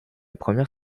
première